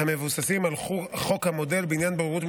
אני מזמין את חבר הכנסת שמחה רוטמן,